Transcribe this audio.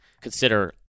consider